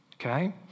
okay